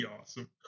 awesome